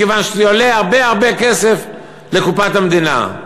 מכיוון שזה עולה הרבה הרבה כסף לקופת המדינה.